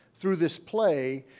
through this play,